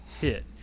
hit